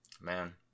Man